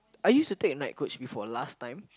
I used to take night coach before last time